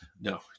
no